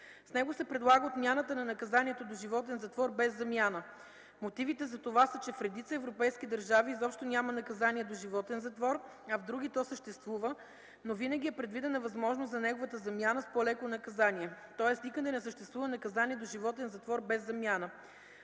С него се предлага отмяната на наказанието доживотен затвор без замяна. Мотивите за това са, че в редица европейски държави изобщо няма наказание доживотен затвор, а в други то съществува, но винаги е предвидена възможност за неговата замяна с по-леко наказание, тоест никъде не съществува наказание доживотен затвор без замяна.